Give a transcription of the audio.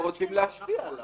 לא כל אחד יכול לקבל הרשעות.